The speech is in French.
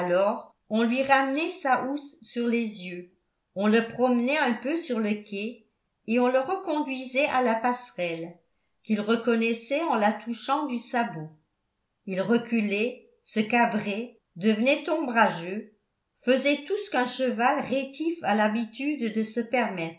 on lui ramenait sa housse sur les yeux on le promenait un peu sur le quai et on le reconduisait à la passerelle qu'il reconnaissait en la touchant du sabot il reculait se cabrait devenait ombrageux faisait tout ce qu'un cheval rétif a l'habitude de se permettre